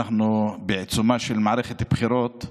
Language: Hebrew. אף שאנחנו בעיצומה של מערכת הבחירות,